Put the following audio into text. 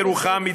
ירוחם,